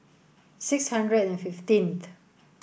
six hundred and fifteenth